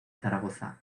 zaragoza